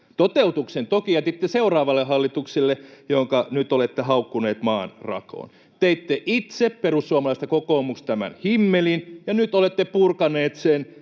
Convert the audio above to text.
Toteutuksen toki jätitte seuraavalle hallitukselle, jonka nyt olette haukkuneet maan rakoon. [Miko Bergbom: Kyllä!] Teitte itse, perussuomalaiset ja kokoomus, tämän himmelin, ja nyt olette purkaneet sen